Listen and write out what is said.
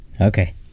Okay